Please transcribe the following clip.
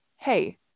Hey